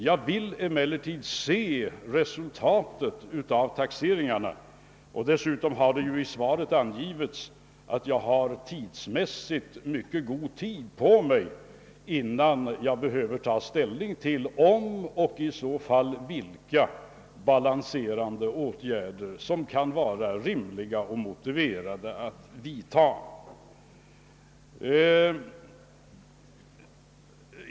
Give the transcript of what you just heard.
Jag vill emellertid se resultatet av taxeringarna, och dessutom har det ju i svaret angivits, att jag har mycket god tid på mig, innan jag behöver ta ställning till om och i så fall "vilka "balanserande åtgärder som kan vara rimliga och motiverade ått vidta.